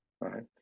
right